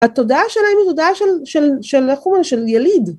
התודעה שלה היא מתודעה של יליד